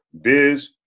Biz